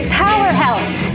powerhouse